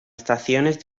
estaciones